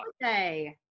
birthday